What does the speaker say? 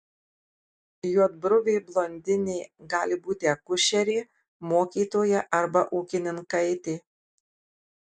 juodbruvė blondinė gali būti akušerė mokytoja arba ūkininkaitė